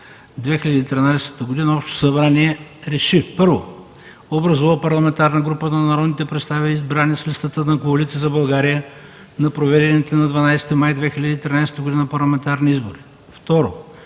2013 г., Общото събрание реши: 1. Образува Парламентарна група на народните представители, избрани с листата на Коалиция за България на проведените на 12 май 2013 г. парламентарни избори.